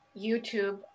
YouTube